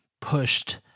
pushed